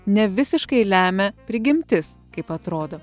ne visiškai lemia prigimtis kaip atrodo